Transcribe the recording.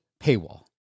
paywall